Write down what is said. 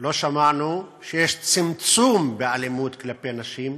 לא שמענו, שיש צמצום באלימות כלפי נשים.